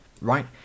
right